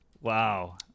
wow